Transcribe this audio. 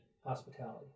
hospitality